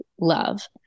Love